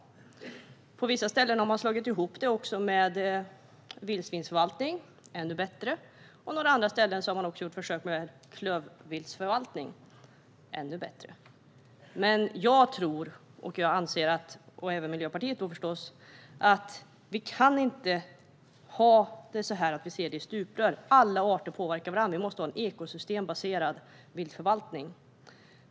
På vissa ställen har man också slagit ihop det med vildsvinsförvaltningen. Det är ännu bättre. På några andra ställen har man också gjort försök med klövviltsförvaltning. Det är ännu bättre. Jag och Miljöpartiet anser att vi inte kan se detta i stuprör. Alla arter påverkar varandra. Vi måste ha en ekosystembaserad viltförvaltning.